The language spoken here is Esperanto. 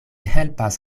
helpas